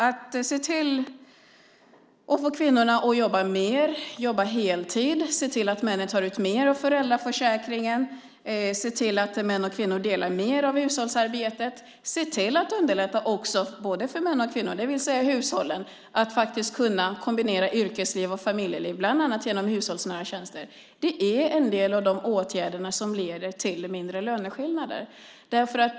Att se till att få kvinnorna att jobba mer och jobba heltid, att se till att männen tar ut mer av föräldraförsäkringen, att se till att män och kvinnor delar mer av hushållsarbetet och att se till att underlätta också för både män och kvinnor, det vill säga hushållen, att kombinera yrkesliv och familjeliv bland annat genom hushållsnära tjänster, det är en del av de åtgärder som leder till mindre löneskillnader.